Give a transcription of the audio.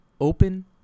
open